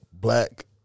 black